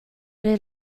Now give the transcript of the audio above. did